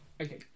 Okay